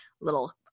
little